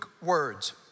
words